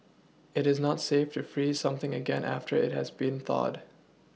it is not safe to freeze something again after it has been thawed